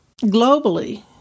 globally